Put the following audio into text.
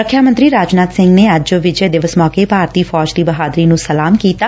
ਰੱਖਿਆ ਮੰਤਰੀ ਰਾਜਨਾਥ ਸਿੰਘ ਨੇ ਅੱਜ ਵਿਜੈ ਦਿਵਸ ਮੌਕੇ ਭਾਰਤੀ ਫੌਜ ਦੀ ਬਹਦਾਰੀ ਨੂੰ ਸਲਾਮ ਕੀਤਾ